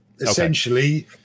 Essentially